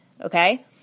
okay